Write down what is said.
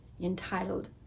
entitled